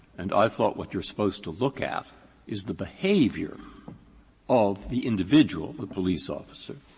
and i thought what you're supposed to look at is the behavior of the individual, the police officer,